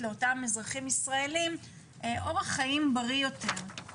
לאותם אזרחים ישראלים אורח חיים בריא יותר,